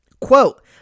Quote